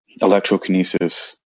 electrokinesis